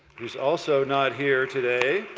who is also not here today.